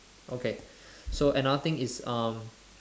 okay so another thing is um